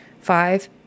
Five